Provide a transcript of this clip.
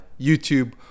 YouTube